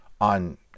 on